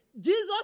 Jesus